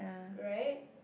right